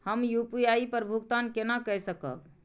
हम यू.पी.आई पर भुगतान केना कई सकब?